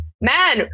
man